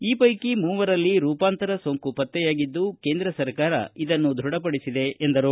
ಈ ಪೈಕಿ ಮೂವರಲ್ಲಿ ರೂಪಾಂತರ ಸೋಂಕು ಪತ್ತೆಯಾಗಿದ್ದು ಕೇಂದ್ರ ಸರ್ಕಾರ ಇದನ್ನು ದೃಢಪಡಿಸಿದೆ ಎಂದರು